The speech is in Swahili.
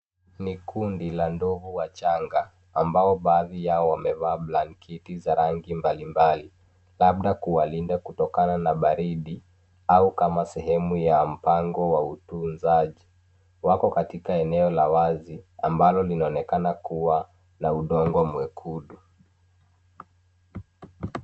Ni kundi la ndovu wachanga, ambao baadhi yao wamevaa blanketi za rangi mbalimbali, labda kuwalinda kutokana na baridi, au kama sehemu ya mpango wa utunzaji. Wako katika eneo la wazi, ambalo linaonekana kuwa na udongo mwekundu.